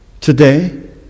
today